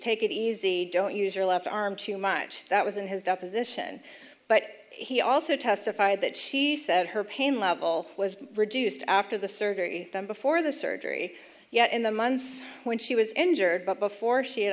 take it easy don't use your left arm too much that was in his deposition but he also testified that she said her pain level was reduced after the surgery then before the surgery yet in the months when she was injured but before she had